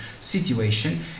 situation